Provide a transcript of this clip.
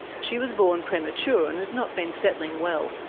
she was born premature and had not been settling well.